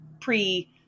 pre-